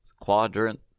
quadrant